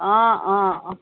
অঁ অঁ অঁ